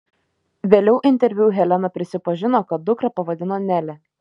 vėliau interviu helena prisipažino kad dukrą pavadino nele